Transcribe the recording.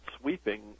sweeping